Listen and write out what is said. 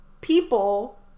people